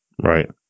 right